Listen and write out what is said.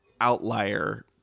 outlier